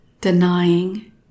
denying